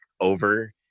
over